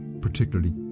particularly